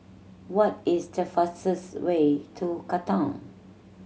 what is the fastest way to Katong